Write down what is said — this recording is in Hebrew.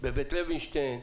בבית לוינשטיין,